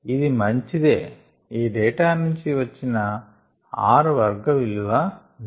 ఇది మంచిదేఈ డేటా నుంచి వచ్చిన R వర్గ విలువ 0